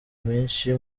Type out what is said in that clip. menshi